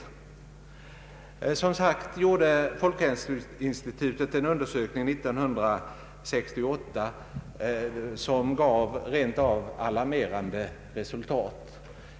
Folkhälso institutet gjorde som sagt en undersökning 1968, som gav rent av alarmerande resultat.